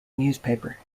newspaper